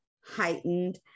heightened